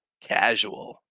casual